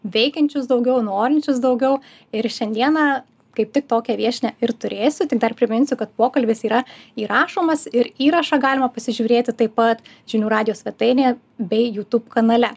veikiančius daugiau norinčius daugiau ir šiandieną kaip tik tokią viešnią ir turėsiu tik dar priminsiu kad pokalbis yra įrašomas ir įrašą galima pasižiūrėti taip pat žinių radijo svetainėje bei youtube kanale